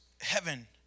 heaven